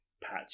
patch